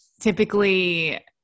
typically